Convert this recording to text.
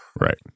Right